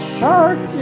Shark